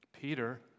Peter